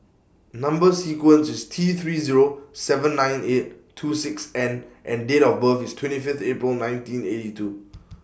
Number sequence IS T three Zero seven nine eight two six N and Date of birth IS twenty Fifth April nineteen eighty two